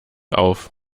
auf